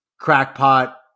crackpot